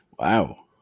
Wow